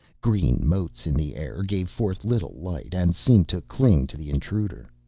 green motes in the air gave forth little light and seemed to cling to the intruder.